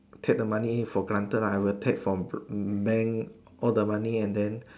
take the money for granted lah I will take from mm bank all the money and then